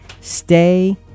Stay